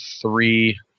three